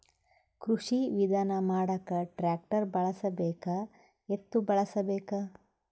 ಕೃಷಿ ವಿಧಾನ ಮಾಡಾಕ ಟ್ಟ್ರ್ಯಾಕ್ಟರ್ ಬಳಸಬೇಕ, ಎತ್ತು ಬಳಸಬೇಕ?